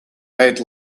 red